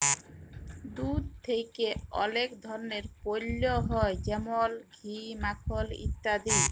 দুধ থেক্যে অলেক ধরলের পল্য হ্যয় যেমল ঘি, মাখল ইত্যাদি